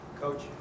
Coach